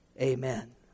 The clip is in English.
Amen